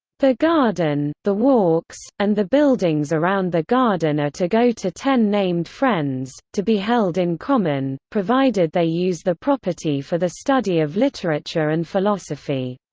the garden, the walks, and the buildings around the garden are to go to ten named friends, to be held in common, provided they use the property for the study of literature and philosophy.